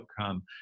outcome